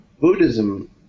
Buddhism